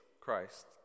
Christ